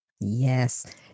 Yes